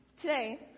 Today